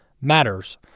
matters